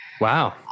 Wow